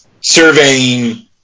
surveying